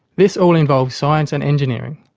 this all involves science and engineering,